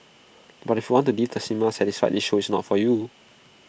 but if you want to leave the cinema satisfied this show is not for you